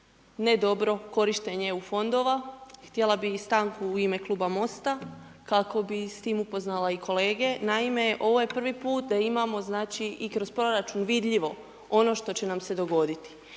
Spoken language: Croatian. ne dobro korištenje EU fondova. Htjela bih i stanku u ime kluba Mosta kako bih s tim upoznala i kolege. Naime, ovo je prvi puta da imamo, znači, i kroz proračun vidljivo ono što će nam se dogoditi.